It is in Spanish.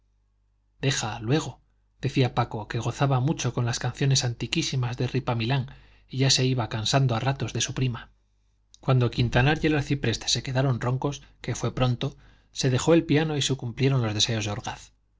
aquellas deja luego decía paco que gozaba mucho con las canciones antiquísimas de ripamilán y ya se iba cansando a ratos de su prima cuando quintanar y el arcipreste se quedaron roncos que fue pronto se dejó el piano y se cumplieron los deseos de orgaz